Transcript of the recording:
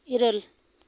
ᱤᱨᱟᱹᱞ